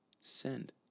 send